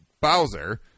Bowser